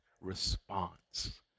response